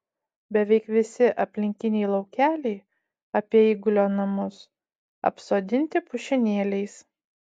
beveik visi aplinkiniai laukeliai apie eigulio namus apsodinti pušynėliais